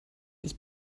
ist